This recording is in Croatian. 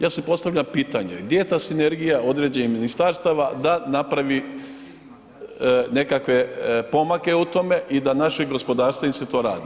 Ja si postavljam pitanje gdje je ta sinergija određenih ministarstava da napravi nekakve pomake u tome i da naše gospodarstvenici to rade.